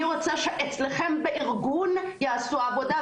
אני רוצה שאצלכם בארגון יעשו עבודה,